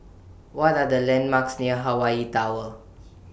What Are The landmarks near Hawaii Tower